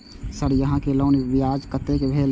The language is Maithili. सर यहां के लोन ब्याज कतेक भेलेय?